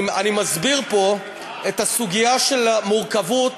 אני מסביר פה את הסוגיה של המורכבות